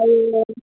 অঁ